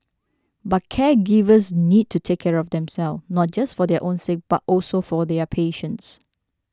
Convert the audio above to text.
but caregivers need to take care of themselves not just for their own sake but also for their patients